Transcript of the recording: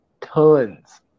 tons